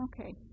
Okay